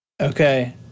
Okay